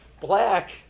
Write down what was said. black